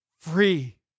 free